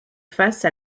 face